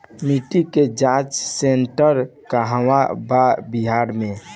मिटी के जाच सेन्टर कहवा बा बिहार में?